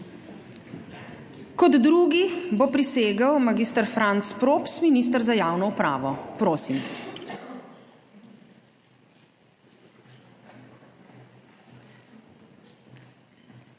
Kot drugi bo prisegel mag. Franc Props, minister za javno upravo, prosim.